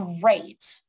great